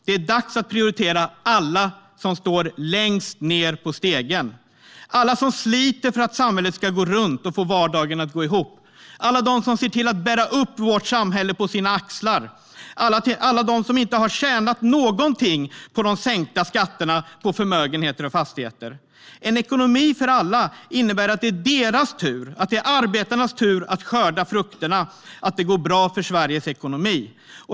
Det är dags att prioritera alla som står längst ned på stegen: alla som sliter för att samhället ska gå runt och för att vardagen ska gå ihop, alla som ser till att bära upp vårt samhälle på sina axlar, alla som inte har tjänat någonting på de sänkta skatterna på förmögenheter och fastigheter. En ekonomi för alla innebär att det är arbetarnas tur att skörda frukterna av att det går bra för Sveriges ekonomi.